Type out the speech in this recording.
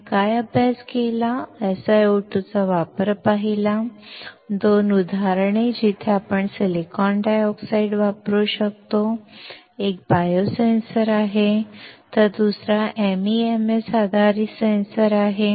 आम्ही काय अभ्यास केला आहे SiO2 चा वापर पाहिला 2 उदाहरणे जिथे आपण सिलिकॉन डायऑक्साइड वापरू शकतो एक बायोसेन्सर आहे तर दुसरा MEMS आधारित सेन्सर आहे